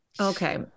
Okay